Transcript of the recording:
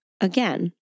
again